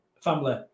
family